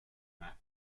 map